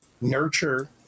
nurture